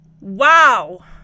Wow